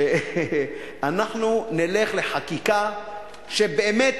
שאנחנו נלך לחקיקה שבאמת,